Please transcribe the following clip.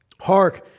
Hark